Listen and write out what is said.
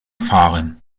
fahren